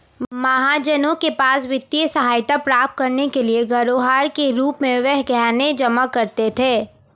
महाजनों के पास वित्तीय सहायता प्राप्त करने के लिए धरोहर के रूप में वे गहने जमा करते थे